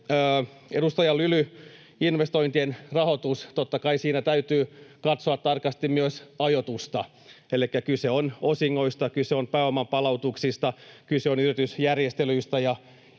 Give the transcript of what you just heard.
Edustaja Lyly — investointien rahoitus, totta kai siinä täytyy katsoa tarkasti myös ajoitusta, elikkä kyse on osingoista, kyse on pääoman palautuksista, kyse on yritysjärjestelyistä ja